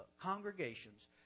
congregations